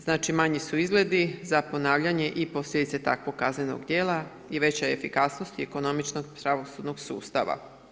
Znači manji su izgledi za ponavljanje i posljedice takvog kaznenog djela i veća efikasnost i ekonomičnost pravosudnog sustava.